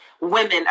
women